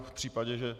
V případě, že...